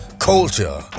culture